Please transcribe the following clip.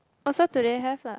oh so today have lah